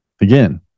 again